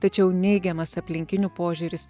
tačiau neigiamas aplinkinių požiūris